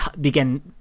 begin